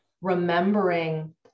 remembering